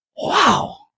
wow